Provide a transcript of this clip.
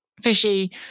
fishy